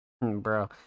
bro